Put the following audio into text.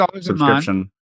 subscription